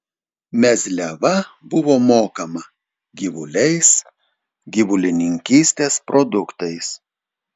mezliava buvo mokama gyvuliais gyvulininkystės produktais